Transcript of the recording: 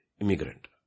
immigrant